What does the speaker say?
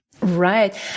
Right